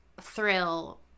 thrill